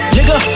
Nigga